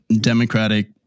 democratic